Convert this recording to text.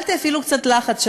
והפעלתי אפילו קצת לחץ.